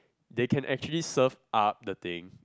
they can actually surf up the thing